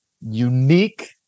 unique